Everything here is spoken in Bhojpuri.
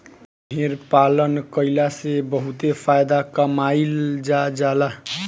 भेड़ पालन कईला से बहुत फायदा कमाईल जा जाला